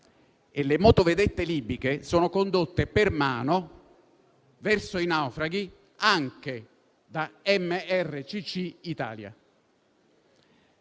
le motovedette libiche sono condotte per mano verso i naufraghi anche da MRCC Italia.